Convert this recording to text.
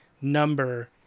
number